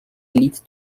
elite